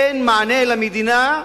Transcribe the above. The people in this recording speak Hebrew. אין מענה למדינה,